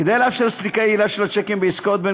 כדי לאפשר סליקה יעילה של השיקים בעסקאות בין